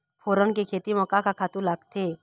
फोरन के खेती म का का खातू लागथे?